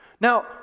Now